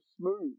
smooth